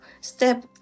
step